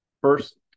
First